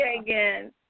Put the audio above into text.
again